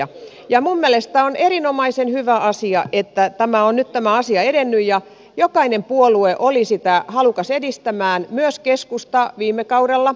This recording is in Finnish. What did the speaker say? minun mielestäni tämä on erinomaisen hyvä asia että tämä asia on nyt edennyt ja jokainen puolue oli sitä halukas edistämään myös keskusta viime kaudella